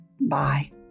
Bye